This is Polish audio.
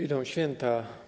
Idą święta.